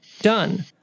Done